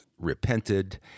repented